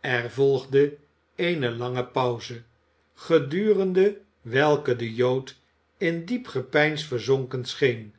er volgde eene lange pauze gedurende welke de jood in diep gepeins verzonken scheen